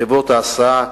חברות ההסעה,